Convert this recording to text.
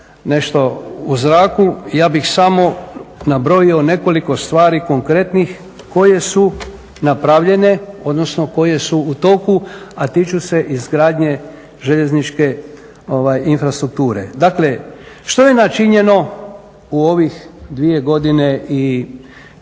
nešto u zraku ja bih samo nabrojio nekoliko stvari konkretnih koje su napravljene, odnosno koje su u toku a tiču se izgradnje željezničke infrastrukture. Dakle, što je načinjeno u ovih 2 godine i